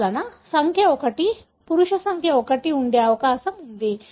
అందువలన సంఖ్య 1 పురుష సంఖ్య 1 ఉండే అవకాశం ఉంది